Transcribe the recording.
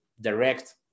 direct